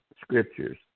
scriptures